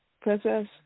Princess